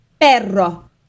perro